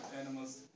animals